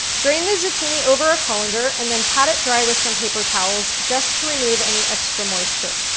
drain the zucchini over a colander and then pat it dry with some paper towels just to remove any extra moisture.